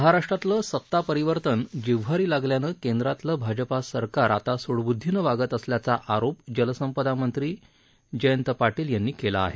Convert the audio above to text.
महाराष्ट्रातलं सत्ता परिवर्तन जिव्हारी लागल्यानं केंद्रातलं भाजपा सरकार आता सुडबुद्धीनं वागत असल्याचा आरोप जलसंपदा मंत्री जयंत पाटील यांनी केला आहे